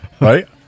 right